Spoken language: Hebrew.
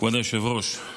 כבוד היושב-ראש,